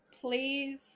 Please